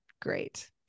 great